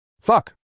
Fuck